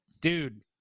dude